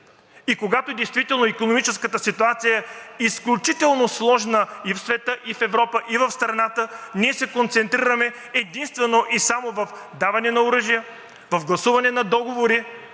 и когато действително икономическата ситуация е изключително сложна и в света, и в Европа, и в страната, ние се концентрираме единствено и само в даване на оръжия, в гласуване на договори,